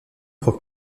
prend